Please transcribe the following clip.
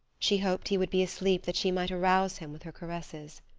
she hoped he would be asleep that she might arouse him with her caresses.